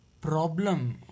problem